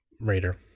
Raider